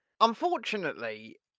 Unfortunately